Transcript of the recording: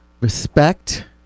respect